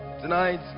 Tonight